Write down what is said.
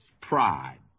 pride